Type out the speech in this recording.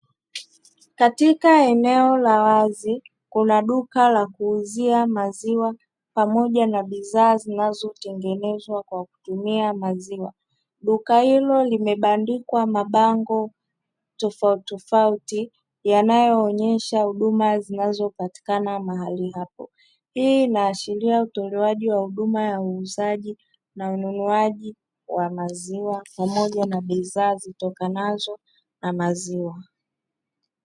Katika eneo la wazi Kuna duka la kuuzia maziwa pamoja na bidhaa zinazotengenezwa kwa kutumia maziwa. Duka hilo limebandikwa maziwa tofauti tofauti yanayo onyesha huduma zinazopatikana mahali hapo. Hii inaashiria utolewaji wa huduma ya uuzaji na ununuaji wa maziwa pamoja na bidhaa zitokanazo na maziwa.